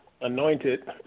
anointed